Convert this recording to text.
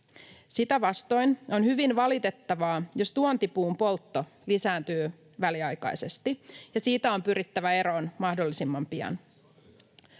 Sitä vastoin on hyvin valitettavaa, jos tuontipuun poltto lisääntyy väliaikaisesti. Siitä on pyrittävä eroon mahdollisimman pian.